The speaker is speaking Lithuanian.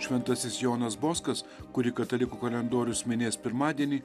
šventasis jonas boskas kurį katalikų kalendorius minės pirmadienį